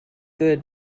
good